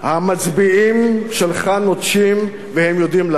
המצביעים שלך נוטשים, והם יודעים למה.